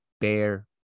bear